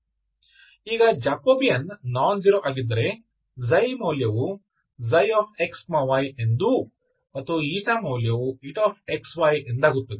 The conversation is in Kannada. ಈಗ ಜಾಕೋಬಿಯನ್ ನಾನ್ ಜೀರೋ ಆಗಿದ್ದರೆ ξ ಮೌಲ್ಯವು ξ xy ಎಂದೂ ಮತ್ತು η ಮೌಲ್ಯವು xy ಎಂದಾಗುತ್ತದೆ